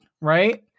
right